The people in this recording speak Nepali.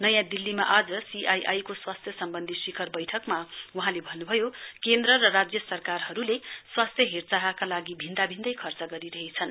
नयाँ दिल्लीमा आज सीआईथाई को स्वास्थ्य सम्वन्धी शिखर वैठखमा वहाँले भन्नुभयो केन्द्र र राज्य सरकारहरुले स्वास्थ्य हेरचाहका लागि भिन्दा भिन्दै खर्च गरिरहेछन्